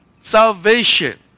salvation